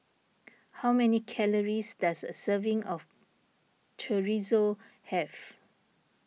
how many calories does a serving of Chorizo have